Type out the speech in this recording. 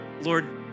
Lord